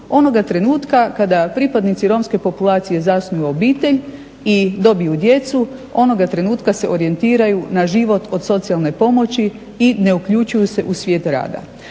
Onoga trenutka kada pripadnici romske populacije zasnuju obitelj i dobiju djecu onoga trenutka se orijentiraju na život od socijalne pomoći i ne uključuju se u svijet rada.